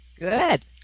Good